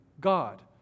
God